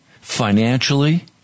financially